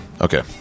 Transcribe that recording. Okay